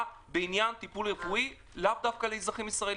לעניין טיפול רפואי לאו דווקא לאזרחים ישראליים.